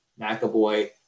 McAvoy